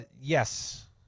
yes